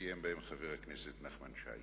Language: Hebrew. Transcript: שסיים בהם חבר הכנסת נחמן שי